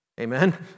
Amen